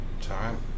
time